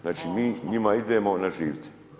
Znači mi njima idemo na živce.